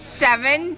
seven